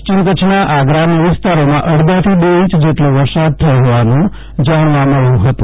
પશ્ચિમ કચ્છના આ ગ્રામ્ય વિસ્તારોમાં અડધાથી બે ઇંચ જેટલો વરસાદ થયો હોવાનું જાણવા મબ્યું હતું